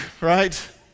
right